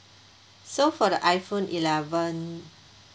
so for the iPhone eleven